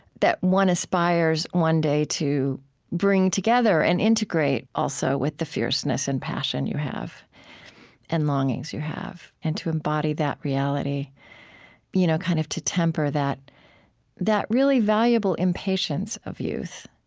that one aspires one day to bring together and integrate, also, with the fierceness and passion you have and longings you have and to embody that reality you know kind of to temper that that really valuable impatience of youth